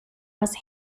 was